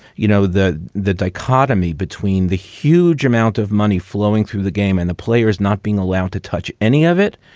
you know, the the dichotomy between the huge amount of money flowing through the game and the players not being allowed to touch any of it.